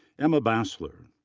emma bassler.